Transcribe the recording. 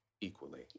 equally